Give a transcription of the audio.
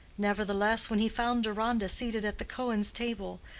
nevertheless, when he found deronda seated at the cohens' table,